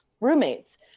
roommates